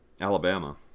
Alabama